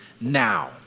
now